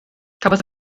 cafodd